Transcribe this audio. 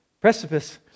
precipice